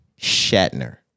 Shatner